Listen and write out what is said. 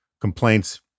complaints